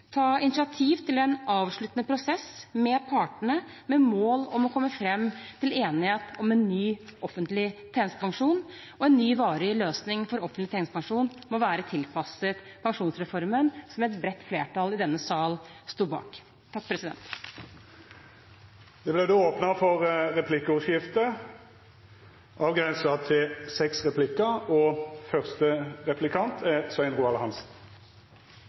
ta initiativ til en avsluttende prosess med partene med mål om å komme fram til enighet om en ny offentlig tjenestepensjon. En ny varig løsning for offentlig tjenestepensjon må være tilpasset pensjonsreformen, som et bredt flertall i denne salen sto bak. Det vert replikkordskifte. Samtidig som statsministeren med bred penn under valgkampen slo fast at det er